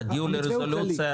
תגיעו ל רזולוציה?